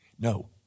No